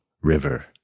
river